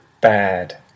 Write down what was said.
bad